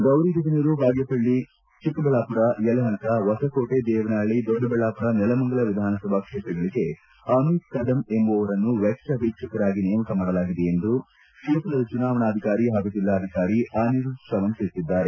ಗೌರಿಬಿದನೂರು ಬಾಗೇಪಲ್ಲಿ ಚಿಕ್ಕಬಳ್ಳಾಮರ ಯಲಹಂಕ ಹೊಸಕೋಟೆ ದೇವನಹಳ್ಳಿ ದೊಡ್ಡಬಳ್ಳಾಮರ ನೆಲಮಂಗಲ ವಿಧಾನಸಭಾ ಕ್ಷೇತ್ರಗಳಿಗೆ ಅಮಿತ್ ಕದಮ್ ಎಂಬುವವರನ್ನು ವೆಚ್ವ ವೀಕ್ಷಕರಾಗಿ ನೇಮಕ ಮಾಡಲಾಗಿದೆ ಎಂದು ಕ್ಷೇತ್ರದ ಚುನಾವಣಾಧಿಕಾರಿ ಹಾಗೂ ಜಿಲ್ಲಾಧಿಕಾರಿ ಅನಿರುದ್ದ್ ಶ್ರವಣ್ ತಿಳಿಸಿದ್ದಾರೆ